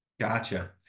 Gotcha